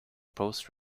post